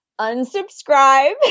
unsubscribe